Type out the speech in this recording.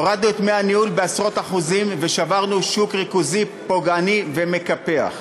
הורדנו את דמי הניהול בעשרות אחוזים ושברנו שוק ריכוזי פוגעני ומקפח.